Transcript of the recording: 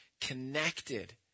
connected